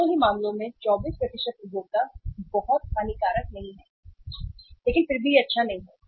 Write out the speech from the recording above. दोनों ही मामलों में 24 उपभोक्ता बहुत हानिकारक नहीं हैं लेकिन फिर भी यह अच्छा नहीं है